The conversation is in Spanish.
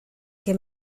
que